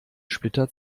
splitter